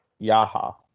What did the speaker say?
Yaha